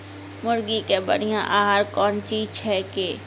मुर्गी के बढ़िया आहार कौन चीज छै के?